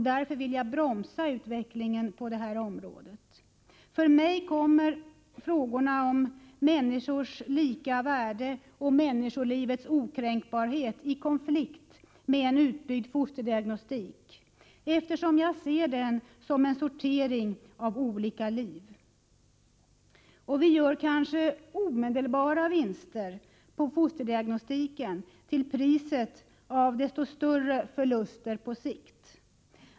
Därför vill jag bromsa utvecklingen på detta område, För mig kommer frågorna om människors lika värde och människolivets okränkbar het i konflikt med en utbyggd fosterdiagnostik, eftersom jag ser den som en sortering av olika liv. Vi gör kanske omedelbara vinster genom fosterdiagnostik, men det sker till priset av desto större förluster på sikt.